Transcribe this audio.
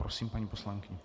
Prosím, paní poslankyně.